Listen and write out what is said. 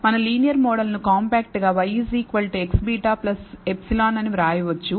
మన linear model ను compact గా y x β ε అని వ్రాయవచ్చు